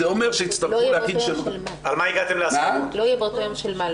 זה אומר שיצטרכו להקים --- לא יהיה באותו יום של מה?